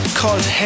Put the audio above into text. called